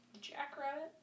Jackrabbit